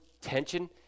tension